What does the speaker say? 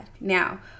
now